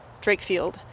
Drakefield